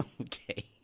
Okay